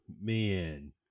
man